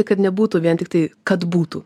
kad nebūtų vien tiktai kad būtų